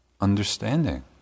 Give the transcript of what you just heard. understanding